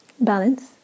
Balance